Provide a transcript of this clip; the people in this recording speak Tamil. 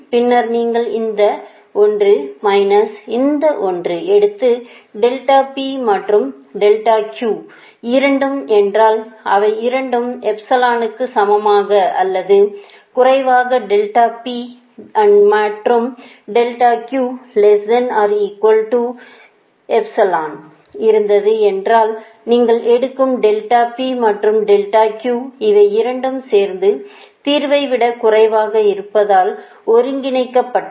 பின்னர் நீங்கள் இந்த 1 மைனஸ் இந்த 1 எடுத்து மற்றும் இரண்டும் என்றால் அவை இரண்டும் எப்சிலோனுக்கு சமமாக அல்லது குறைவாக இருந்தது என்றால் நீங்கள் எடுக்கும் மற்றும் அவை இரண்டும் சேர்ந்து தீர்வை விட குறைவாக இருப்பதால் ஒருங்கிணைக்கப்பட்டது